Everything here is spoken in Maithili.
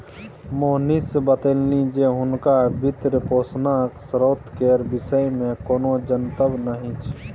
मोहनीश बतेलनि जे हुनका वित्तपोषणक स्रोत केर विषयमे कोनो जनतब नहि छै